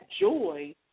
joy